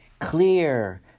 Clear